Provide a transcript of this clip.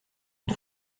une